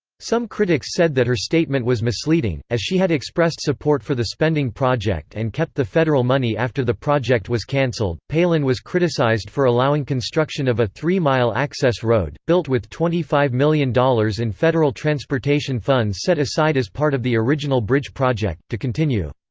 some critics said that her statement was misleading, as she had expressed support for the spending project and kept the federal money after the project was canceled palin was criticized for allowing construction of a three mile access road, built with twenty five million dollars in federal transportation funds set aside as part of the original bridge project, to continue.